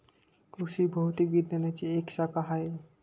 कृषि भौतिकी विज्ञानची एक शाखा आहे